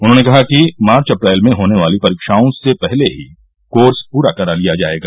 उन्होंने कहा कि मार्च अप्रैल में होने वाली परीक्षाओं से पहले ही कोर्स पूरा करा लिया जाएगा